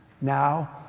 now